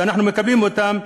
שאנחנו מקבלים אותן,